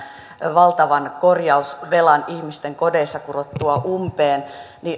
valtavan korjausvelan ihmisten kodeissa kurottua umpeen